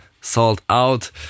sold-out